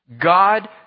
God